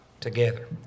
together